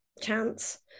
chance